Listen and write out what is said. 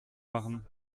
machen